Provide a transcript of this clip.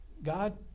God